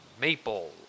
maple